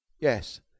Yes